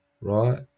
right